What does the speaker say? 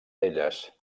elles